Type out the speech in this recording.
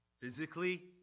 physically